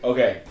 Okay